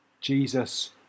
Jesus